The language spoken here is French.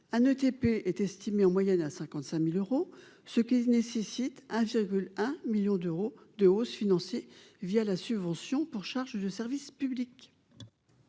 un ETP est estimé en moyenne à 65000 euros, ce qui nécessite un 1000000 d'euros de hausse financé via la subvention pour charges de service public,